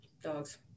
Dogs